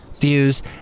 Views